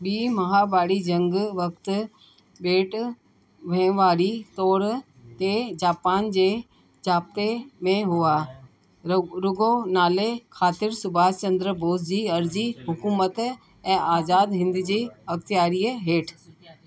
ॿी महाभारी जंग वक़्तु बेट वहिंवारी तौरि ते जापान जे जाब्ते में हुआ रग रुॻो नाले ख़ातिर सुभाष चंद्र बोस जी अर्ज़ी हुक़ूमत ऐं आज़ाद हिंद जे इख़्तियारीअ हेठि